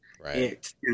right